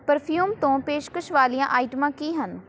perfume ਤੋਂ ਪੇਸ਼ਕਸ਼ ਵਾਲੀਆਂ ਆਈਟਮਾਂ ਕੀ ਹਨ